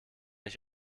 ich